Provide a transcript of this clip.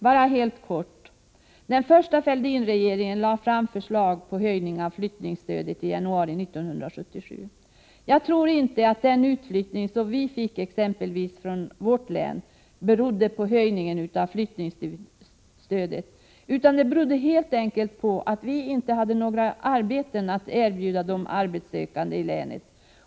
Bara helt kort: Den första Fälldinregeringen lade fram förslag till höjning av flyttningsstödet i januari 1977. Jag tror inte att den utflyttning som vi fick från exempelvis vårt län berodde på höjningen av flyttningsstödet. Det berodde helt enkelt på att vi inte hade några arbeten att erbjuda de arbetssökande i länet.